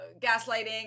gaslighting